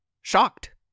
shocked